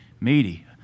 meaty